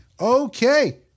Okay